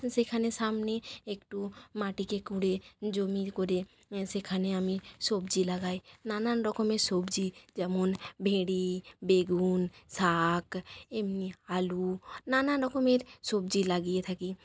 সেখানে সামনে একটু মাটিকে কুঁড়ে জমি করে সেখানে আমি সবজি লাগাই নানান রকমের সবজি যেমন ভেরি বেগুন শাক এমনি আলু নানা রকমের সবজি লাগিয়ে থাকি